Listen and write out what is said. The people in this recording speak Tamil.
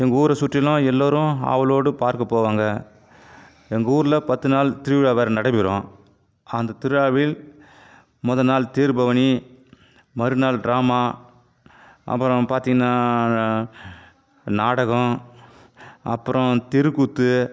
எங்கள் ஊரை சுற்றிலும் எல்லோேரும் ஆவலோடு பார்க்க போவாங்க எங்கள் ஊரில் பத்து நாள் திருவிழா வேறு நடைபெறும் அந்த திருவிழாவில் மொதல் நாள் தேர்பவனி மறுநாள் ட்ராமா அப்புறம் பார்த்தீங்கன்னா ழ நாடகம் அப்புறம் தெருக்கூத்து